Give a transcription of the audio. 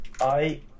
I-